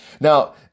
Now